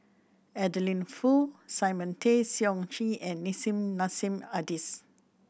Adeline Foo Simon Tay Seong Chee and Nissim Nassim Adis